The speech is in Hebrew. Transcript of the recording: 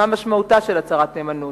מה משמעותה של הצהרת נאמנות?